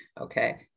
okay